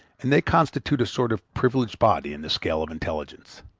and they constitute a sort of privileged body in the scale of intelligence.